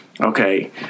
Okay